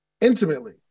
intimately